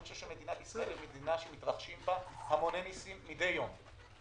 אני חושב שמדינת ישראל היא מדינה שמתרחשים בה המוני ניסים מידי יום.